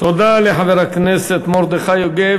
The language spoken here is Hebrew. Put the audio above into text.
תודה לחבר הכנסת מרדכי יוגב.